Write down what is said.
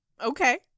Okay